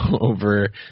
over